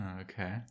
okay